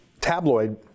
tabloid